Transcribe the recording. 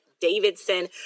Davidson